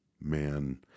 man